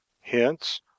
Hence